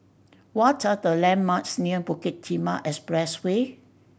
what are the landmarks near Bukit Timah Expressway